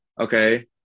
okay